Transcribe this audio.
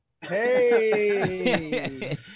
Hey